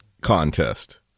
contest